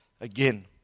again